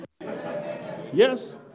Yes